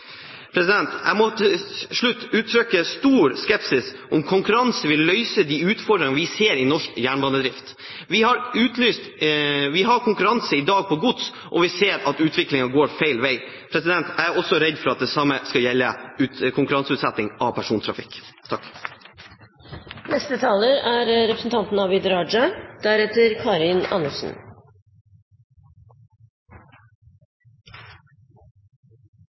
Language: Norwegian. må til slutt uttrykke stor skepsis til om konkurranse vil løse de utfordringene vi ser i norsk jernbanedrift. Vi har i dag konkurranse på gods, og vi ser at utviklingen går feil vei. Jeg er også redd for at det samme skal gjelde konkurranseutsetting av persontrafikk.